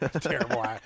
Terrible